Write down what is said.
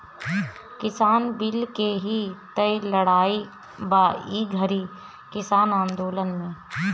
किसान बिल के ही तअ लड़ाई बा ई घरी किसान आन्दोलन में